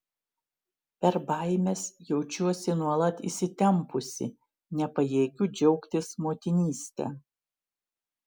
per baimes jaučiuosi nuolat įsitempusi nepajėgiu džiaugtis motinyste